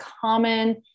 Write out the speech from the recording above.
common